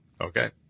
Okay